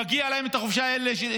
מגיעה להם החופשה הזאת,